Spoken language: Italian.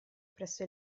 presso